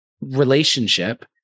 relationship